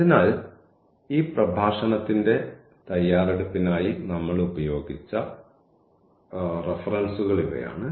അതിനാൽ ഈ പ്രഭാഷണത്തിന്റെ തയ്യാറെടുപ്പിനായി നമ്മൾ ഉപയോഗിച്ച റഫറൻസുകൾ ഇവയാണ്